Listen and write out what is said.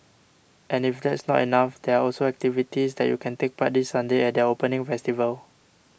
and if that's not enough there are also activities that you can take part this Sunday at their opening festival